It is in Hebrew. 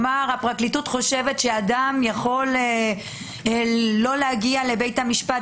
הפרקליטות חושבת שאדם יכול לא להגיע לבית המשפט,